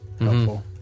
helpful